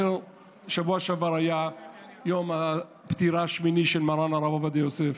בשבוע שעבר היה יום הפטירה השמיני של מרן הרב עובדיה יוסף.